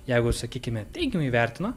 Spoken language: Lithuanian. jeigu sakykime teigiamai vertina